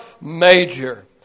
major